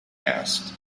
asked